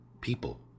people